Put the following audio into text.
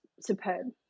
superb